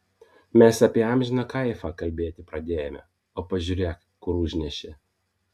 mes apie amžiną kaifą kalbėti pradėjome o pažiūrėk kur užnešė